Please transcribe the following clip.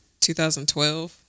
2012